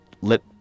let